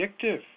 addictive